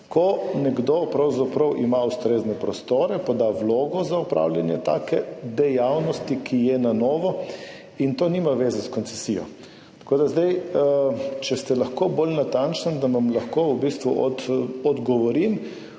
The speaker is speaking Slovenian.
ko nekdo pravzaprav ima ustrezne prostore, poda vlogo za opravljanje take dejavnosti, ki je na novo, in to nima veze s koncesijo. Tako da zdaj, če ste lahko bolj natančni, da vam lahko v bistvu odgovorim.